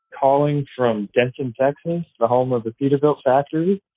calling from denton, texas, the home of the peterbilt factory.